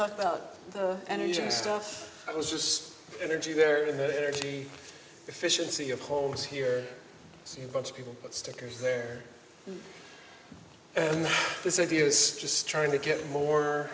talk about energy stuff i was just energy there to her energy efficiency of homes here bunch of people put stickers there this idea is just trying to get more